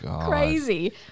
crazy